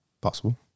possible